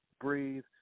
breathe